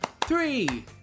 Three